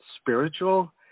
spiritual